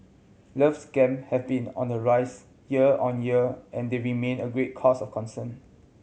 love scam have been on the rise year on year and they remain a great cause of concern